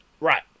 right